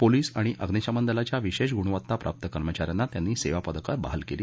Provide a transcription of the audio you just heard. police आणि अग्निशमन दलाच्या विशेष गुणवत्ता प्राप्त कर्मचा यांना त्यांनी सेवा पदक बहाल केली